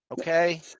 okay